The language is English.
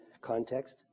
context